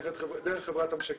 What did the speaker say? דרך חברת 'המשקם'